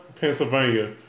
Pennsylvania